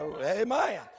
Amen